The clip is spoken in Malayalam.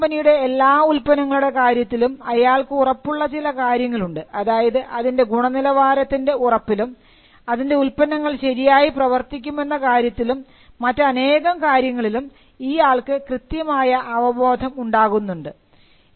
ആപ്പിൾ കമ്പനിയുടെ എല്ലാ ഉൽപ്പന്നങ്ങളുടെ കാര്യത്തിലും അയാൾക്ക് ഉറപ്പുള്ള ചില കാര്യങ്ങളുണ്ട് അതായത് അതിൻറെ ഗുണനിലവാരത്തിൻറെ ഉറപ്പിലും അതിൻറെ ഉൽപ്പന്നങ്ങൾ ശരിയായി പ്രവർത്തിക്കുമെന്ന കാര്യത്തിലും മറ്റനേകം കാര്യങ്ങളിലും ഈ ആൾക്ക് കൃത്യമായ അവബോധം ഉണ്ടാകുന്നുണ്ട്